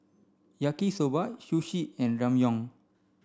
Yaki Soba Sushi and Ramyeon